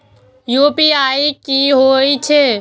UPI की होई छै?